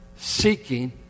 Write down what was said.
seeking